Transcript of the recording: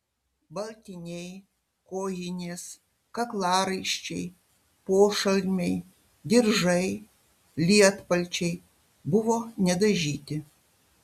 baltiniai kojinės kaklaraiščiai pošalmiai diržai lietpalčiai buvo nedažyti